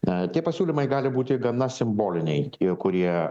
tie pasiūlymai gali būti gana simboliniai tie kurie